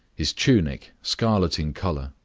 his tunic, scarlet in color,